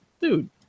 dude